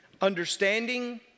understanding